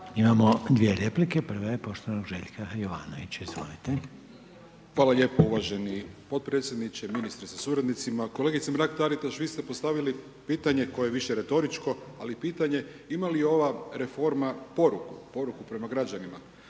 imamo dvije replike. Prva je poštovanog Željka Jovanovića, izvolite. **Jovanović, Željko (SDP)** Hvala lijepo uvaženi podpredsjedniče, ministre sa suradnicima, kolegice Mrak-Taritaš vi ste postavili pitanje koje je više retoričko, ali pitanje ima li ova reforma poruku, poruku prema građanima,